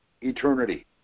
eternity